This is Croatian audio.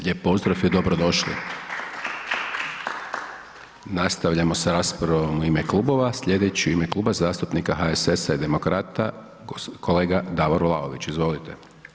Lijep pozdrav i dobro došli! … Nastavljamo s raspravom u ime klubova, slijedeći u ime Kluba zastupnika HSS-a i Demokrata kolega Davor Vlaović, izvolite.